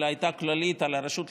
אלא הייתה כללית על הרשות לפיתוח,